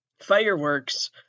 Fireworks